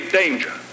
danger